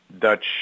Dutch